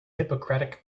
hippocratic